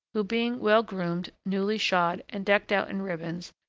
who, being well groomed, newly shod, and decked out in ribbons,